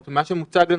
מה שמוצג,